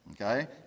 okay